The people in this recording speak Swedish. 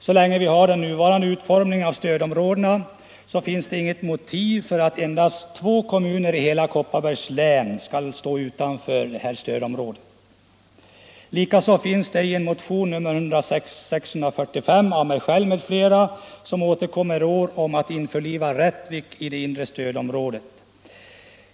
Så länge vi har nuvarande utformning av stödområdena finns det inget motiv för att endast två kommuner i hela Kopparbergs län skall stå utanför stödområdet. Likaså finns det i motionen 645 av mig själv med flera, som återkommer i år, krav om att införliva Rättvik med det inre stödområdet.